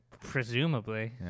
Presumably